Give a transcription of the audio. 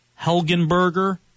Helgenberger